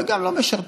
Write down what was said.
וגם שלא משרתים,